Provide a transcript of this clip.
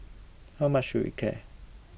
how much should we care